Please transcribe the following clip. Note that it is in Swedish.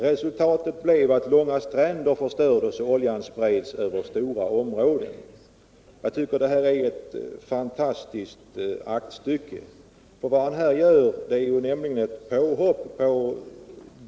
Resultatet blev att långa stränder förstördes och oljan spreds över stora områden.” Jag tycker att motionen är ett fantastiskt aktstycke.